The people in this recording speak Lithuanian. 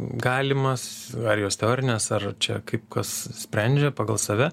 galimas ar jos teorinės ar čia kaip kas sprendžia pagal save